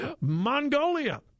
Mongolia